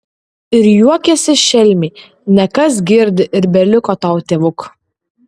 ir juokėsi šelmiai nekas girdi ir beliko tau tėvuk